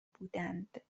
بودند